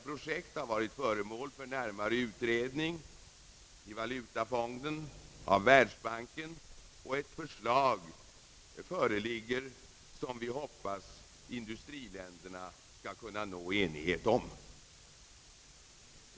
Projektet har varit föremål för närmare utredning i Valutafonden och Världsbanken, och det föreligger ett förslag som vi hoppas att industriländerna skall kunna enas om.